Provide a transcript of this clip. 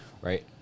Right